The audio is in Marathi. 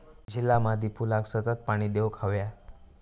झिला मादी फुलाक सतत पाणी देवक हव्या